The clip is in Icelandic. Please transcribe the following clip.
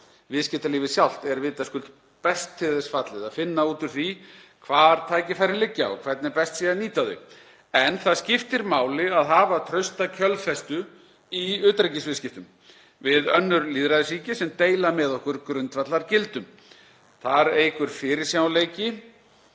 Viðskiptalífið sjálft er vitaskuld best til þess fallið að finna út úr því hvar tækifærin liggja og hvernig best sé að nýta þau. En það skiptir máli að hafa trausta kjölfestu í utanríkisviðskiptum við önnur lýðræðisríki sem deila með okkur grundvallargildum. Það að hafa slíka